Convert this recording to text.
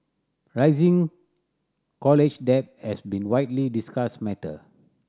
rising college debt has been widely discussed matter